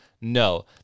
No